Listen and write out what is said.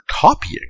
copying